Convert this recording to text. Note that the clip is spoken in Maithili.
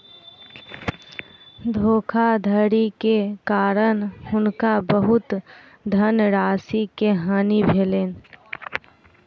धोखाधड़ी के कारण हुनका बहुत धनराशि के हानि भेलैन